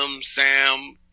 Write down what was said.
Sam